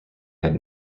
had